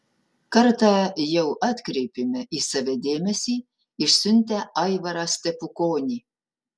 kartą jau atkreipėme į save dėmesį išsiuntę aivarą stepukonį